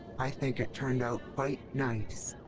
i think it turned out quite nice.